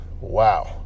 wow